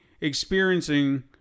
experiencing